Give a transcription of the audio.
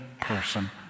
person